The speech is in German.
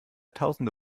tausende